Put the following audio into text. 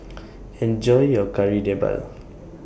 Enjoy your Kari Debal